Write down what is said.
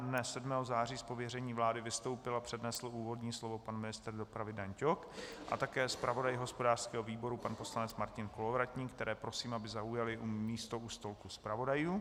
Dne 7. září z pověření vlády vystoupil a přednesl úvodní slovo pan ministr dopravy Dan Ťok a také zpravodaj hospodářského výboru pan poslanec Martin Kolovratník, které prosím, aby zaujali místo u stolku zpravodajů.